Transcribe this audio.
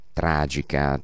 tragica